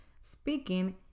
speaking